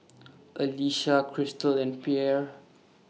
Alecia Crystal and Pierre